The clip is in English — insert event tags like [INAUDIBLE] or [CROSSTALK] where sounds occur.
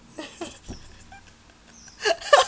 [LAUGHS]